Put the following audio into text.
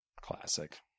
Classic